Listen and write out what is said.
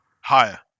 Higher